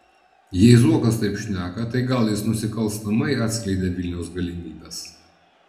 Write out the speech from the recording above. jei zuokas taip šneka tai gal jis nusikalstamai atskleidė vilniaus galimybes